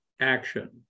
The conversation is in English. action